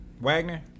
Wagner